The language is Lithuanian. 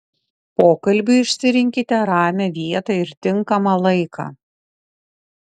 pokalbiui išsirinkite ramią vietą ir tinkamą laiką